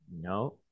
No